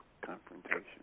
confrontation